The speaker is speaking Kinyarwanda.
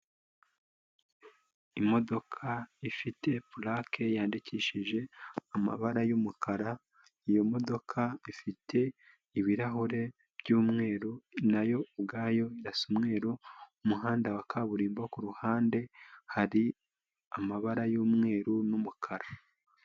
Imodoka ifite pulake yandikishije amabara y'umukara, iyo modoka ifite ibirahure ry'umweru nayo ubwayo irasa umweru, umuhanda wa kaburimbo ku ruhande hari amabara y'umweru n'umukara.